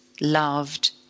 loved